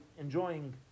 enjoying